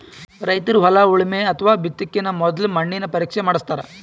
ರೈತರ್ ಹೊಲ ಉಳಮೆ ಅಥವಾ ಬಿತ್ತಕಿನ ಮೊದ್ಲ ಮಣ್ಣಿನ ಪರೀಕ್ಷೆ ಮಾಡಸ್ತಾರ್